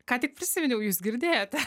ką tik prisiminiau jūs girdėjote